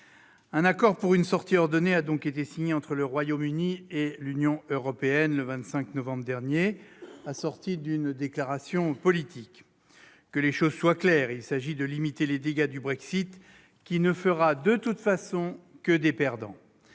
Un accord pour une sortie ordonnée a donc été signé entre le Royaume-Uni et l'Union européenne le 25 novembre dernier, assorti d'une déclaration politique. Que les choses soient claires, il s'agit de limiter les dégâts du Brexit, qui ne fera, de toute façon, que des perdants.